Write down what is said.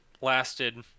lasted